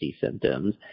symptoms